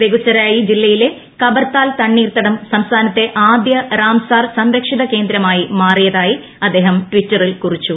ബെഗുസരായി ജില്ലയിലെ കബർത്താൽ തണ്ണീർത്തടം സംസ്ഥാനത്തെ ആദ്യ റാംസാർ സംരക്ഷിത കേന്ദ്രമായി മാറിയതായി അദ്ദേഹം ടിറ്ററിൽ കുറിച്ചു